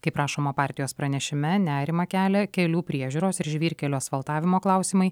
kaip rašoma partijos pranešime nerimą kelia kelių priežiūros ir žvyrkelių asfaltavimo klausimai